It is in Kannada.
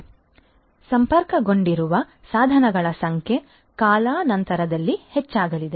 ಆದ್ದರಿಂದ ಸಂಪರ್ಕಗೊಂಡಿರುವ ಸಾಧನಗಳ ಸಂಖ್ಯೆ ಕಾಲಾನಂತರದಲ್ಲಿ ಹೆಚ್ಚಾಗಲಿದೆ